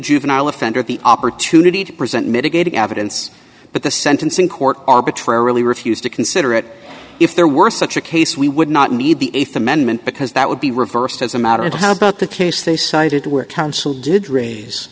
juvenile offender the opportunity to present mitigating evidence but the sentencing court arbitrarily refused to consider it if there were such a case we would not need the th amendment because that would be reversed as a matter of how about the case they cited where counsel did raise